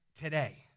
today